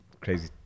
crazy